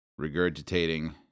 regurgitating